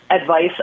advice